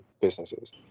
businesses